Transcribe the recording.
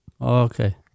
Okay